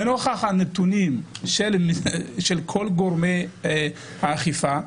לנוכח הנתונים של כל גורמי האכיפה.